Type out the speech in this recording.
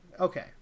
Okay